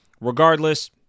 regardless